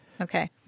okay